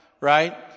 right